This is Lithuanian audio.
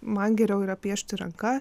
man geriau yra piešti ranka